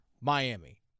Miami